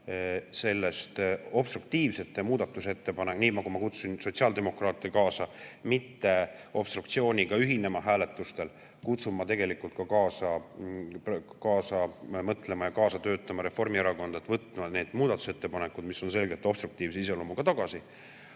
kaaluda obstruktiivsete muudatusettepanekute [tagasivõtmist]. Nii nagu ma kutsun sotsiaaldemokraate kaasa mitte obstruktsiooniga ühinema hääletustel, kutsun ma tegelikult kaasa mõtlema ja kaasa töötama Reformierakonda ning võtma need muudatusettepanekud, mis on selgelt obstruktiivse iseloomuga, tagasi,